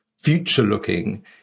future-looking